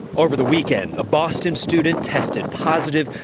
over the weekend, a boston student tested positive.